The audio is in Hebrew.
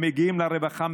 הם מגיעים לרווחה,